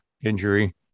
injury